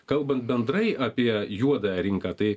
kalbant bendrai apie juodąją rinką tai